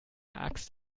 axt